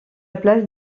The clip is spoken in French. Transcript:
place